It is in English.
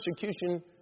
persecution